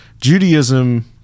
Judaism